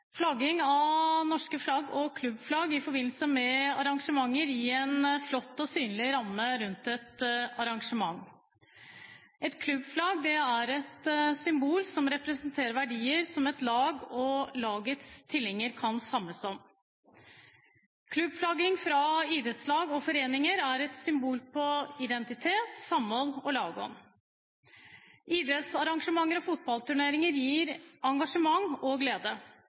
flagging med norske flagg og klubbflagg i forbindelse med arrangementer i en flott og synlig ramme rundt et arrangement. Et klubbflagg er et symbol som representerer verdier som et lag og lagets tilhengere kan samles om. Klubbflagging fra idrettslag og foreninger er et symbol på identitet, samhold og lagånd. Idrettsarrangementer og fotballturneringer gir engasjement og glede.